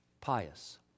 pious